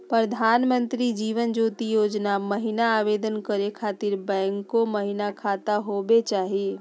प्रधानमंत्री जीवन ज्योति योजना महिना आवेदन करै खातिर बैंको महिना खाता होवे चाही?